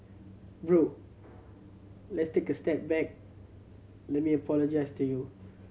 bro let's take a step back let me apologise to you